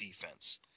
defense